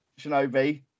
Shinobi